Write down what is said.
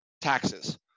taxes